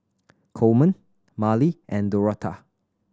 Coleman Marlie and Dorotha